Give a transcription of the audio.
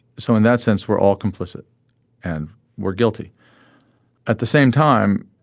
so in that sense we're all complicit and we're guilty at the same time.